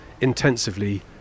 intensively